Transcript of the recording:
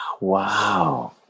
wow